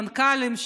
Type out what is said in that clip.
המנכ"לים,